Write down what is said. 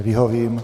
Vyhovím.